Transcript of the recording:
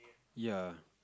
ya